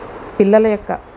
పిల్లల యొక్క